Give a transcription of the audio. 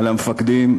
על המפקדים,